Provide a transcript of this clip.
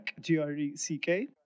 G-R-E-C-K